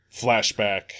flashback